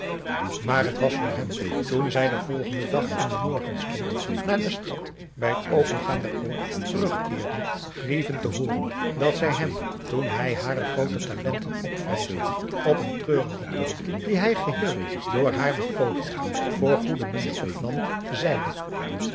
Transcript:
maar het was voor hem toen zij den volgenden dag in den morgenstond naar de stad bij het opengaan der poort terugkeerden grievend te hooren dat zij hem toen hij hare groote talenten opvijzelde op eenen treurigen toon die hij geheel door haar begoocheld voor goede munt opnam zeide